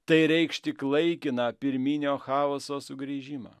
tai reikš tik laikiną pirminio chaoso sugrįžimą